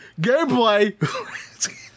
Gameplay